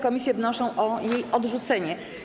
Komisje wnoszą o jej odrzucenie.